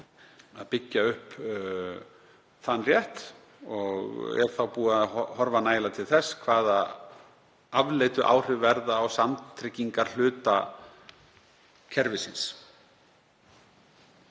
að byggja upp þann rétt og er þá búið að horfa nægilega til þess hvaða afleiddu áhrif verða á samtryggingarhluta kerfisins?